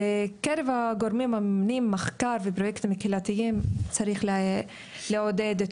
בקרב הגורמים הממנים מחקר ופרויקטים קהילתיים צריך לעודד את